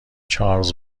چارلز